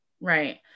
right